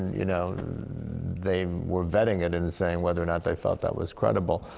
you know they were vetting it in saying whether or not they thought that was credible.